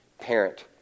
parent